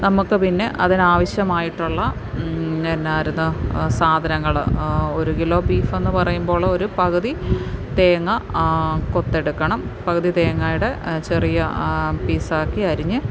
നമുക്ക് പിന്നെ അതിന് ആവശ്യമായിട്ടുള്ള എന്നായിരുന്നു അ സാധനങ്ങള് ഒരു കിലോ ബീഫെന്ന് പറയുമ്പോള് ഒരു പകുതി തേങ്ങ കൊത്തെടുക്കണം പകുതി തേങ്ങയുടെ അ ചെറിയ പീസാക്കി അരിഞ്ഞ്